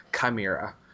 Chimera